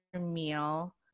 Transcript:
meal